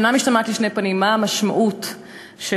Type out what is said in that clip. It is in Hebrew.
שאינה משתמעת לשני פנים, מה המשמעות של